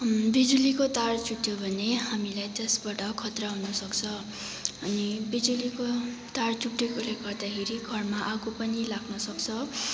बिजुलीको तार चुढ्यो भने हामीलाई त्यसबाट खतरा हुन सक्छ अनि बिजुलीको तार चुढिएकोले गर्दाखेरि आगो पनि लाग्न सक्छ